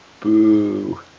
Boo